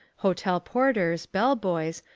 hotel porters, bell-boys,